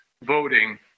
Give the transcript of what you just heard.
voting